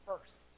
first